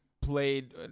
played